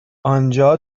آنجا